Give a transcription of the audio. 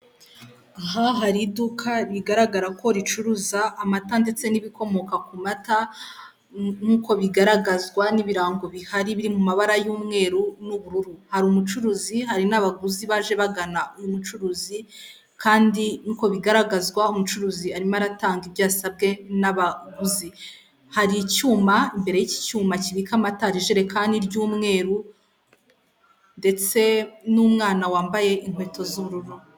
Aha hari iduka rigaragara ko ricuruza amata ndetse n'ibikomoka ku mata nk'ukobigaragazwa n'ibirango bihari biri mu mabara y'umweru n'ubururu. Hari umucuruzi hari n'abaguzi baje bagana uyu mucuruzi kandi nk'uko bigaragazwa umucuruzi arimo aratanga ibyosabwe n'abaguzi, hari icyuma imbere y'icyuma kibika amata hari ijerekani ry'umweru ndetse n'umwana wambaye inkweto z'ubururu.